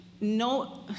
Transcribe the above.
no